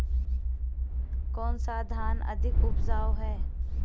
कौन सा धान अधिक उपजाऊ है?